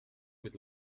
mit